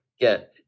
get